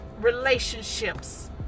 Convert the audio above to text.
relationships